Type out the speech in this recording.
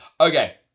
Okay